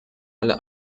alle